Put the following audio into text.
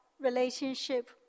relationship